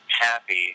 happy